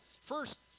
First